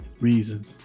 reason